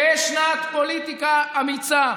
תהא שנה פוליטיקה אמיצה,